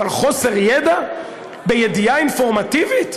אבל חוסר ידע בידיעה אינפורמטיבית?